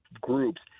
groups